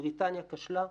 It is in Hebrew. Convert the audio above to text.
בריטניה כשלה.